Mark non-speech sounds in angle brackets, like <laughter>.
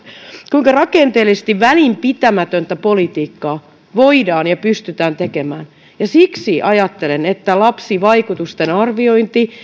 kuinka rakenteellisesti välinpitämätöntä politiikkaa voidaan tehdä ja pystytään tekemään siksi ajattelen että lapsivaikutusten arviointi <unintelligible>